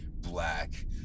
black